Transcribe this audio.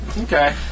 Okay